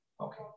okay